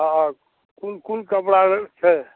हँ कोन कोन कपड़ा छै